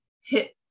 hit